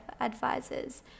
advisors